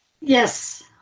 Yes